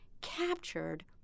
captured